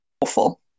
Awful